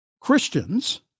Christians